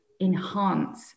enhance